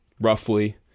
roughly